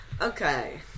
Okay